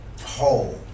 whole